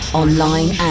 online